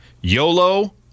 YOLO